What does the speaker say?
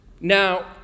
Now